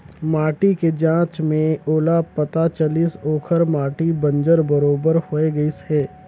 माटी के जांच में ओला पता चलिस ओखर माटी बंजर बरोबर होए गईस हे